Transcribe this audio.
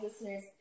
listeners